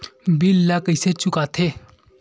bill ला कइसे चुका थे